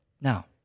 Now